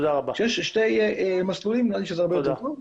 כשיש שני מסלולים, נראה לי שזה הרבה יותר טוב.